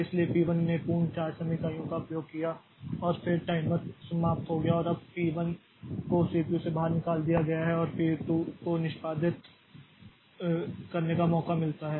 इसलिए पी 1 ने पूर्ण 4 समय इकाइयों का उपयोग किया और फिर टाइमर समाप्त हो गया और अब पी 1 को सीपीयू से बाहर निकाल दिया गया है और पी 2 को निष्पादन का मौका मिलता है